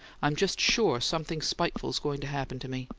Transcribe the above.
i'm just sure something spiteful's going to happen to me.